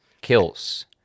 Kills